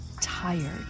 tired